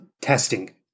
testing